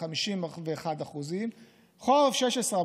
51%; חורף 2016,